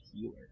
healer